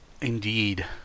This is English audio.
Indeed